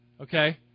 okay